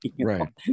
Right